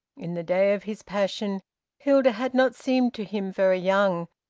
in the day of his passion hilda had not seemed to him very young,